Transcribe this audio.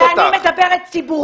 אתה מדבר אישית ואני מדברת ציבורית.